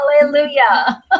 hallelujah